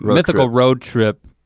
mythical roadtrip.